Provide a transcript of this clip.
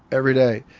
every day.